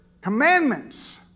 commandments